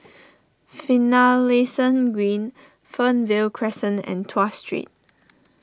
Finlayson Green Fernvale Crescent and Tuas Street